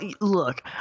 look